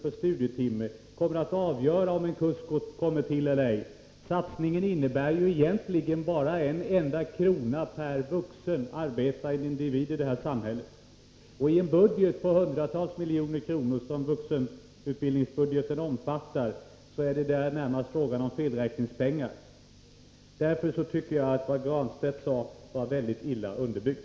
per studietimme kommer att avgöra om en kurs kommer till eller ej. Satsningen innebär ju egentligen bara en enda krona per vuxen arbetande individ i det här samhället, och i en budget på hundratals miljoner kronor, som vuxenutbildningsbudgeten omfattar, är det närmast fråga om felräkningspengar. Därför tycker jag att vad Pär Granstedt sade var väldigt illa underbyggt.